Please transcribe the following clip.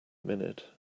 minute